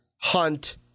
Hunt